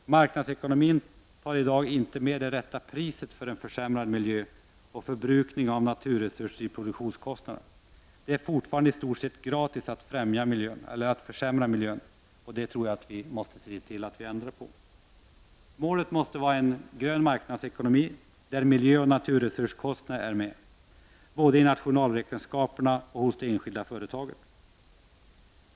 Marknadsekonomin sätter i dag inte det riktiga priset för försämringen av miljön, liksom inte heller förbrukningen av naturresurser räknas in i produktionskostnaderna. Det är fortfarande i stort sett gratis att försämra miljön. Målet måste vara en grön marknadsekonomi, där miljöoch naturresurskostnaderna är med — både i nationalräkenskaperna och i de enskilda företagen.